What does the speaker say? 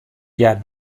hja